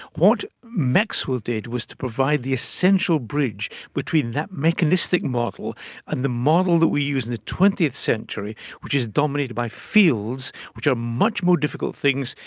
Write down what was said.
what maxwell did was to provide the essential bridge between that mechanistic model and the model that we use in the twentieth century which is dominated by fields which are much more difficult things,